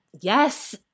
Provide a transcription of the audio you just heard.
Yes